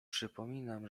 przypominam